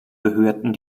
gehörten